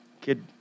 kid